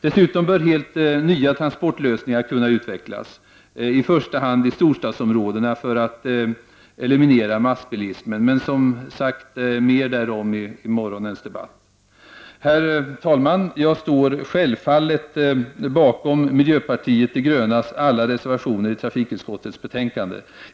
Dessutom bör helt nya transportleder kunna utvecklas, i första hand i storstadsområdena, för att eliminera massbilismen, men som sagt mera därom i morgondagens debatt. Herr talman! Jag står självfallet bakom miljöpartiet de grönas alla reservationer i trafikutskottets betänkande.